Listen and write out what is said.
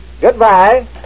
Goodbye